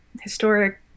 historic